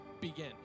begin